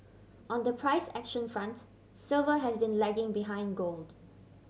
on the price action front silver has been lagging behind gold